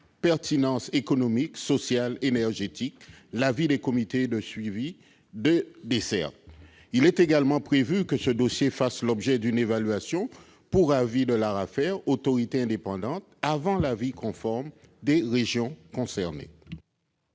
pertinence économique, sociale, énergétique, avis des comités de suivi des dessertes. Il est également prévu que ce dossier fasse l'objet d'une évaluation pour avis de l'ARAFER, autorité indépendante, avant l'avis conforme des régions concernées.